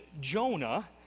Jonah